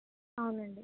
అవునండి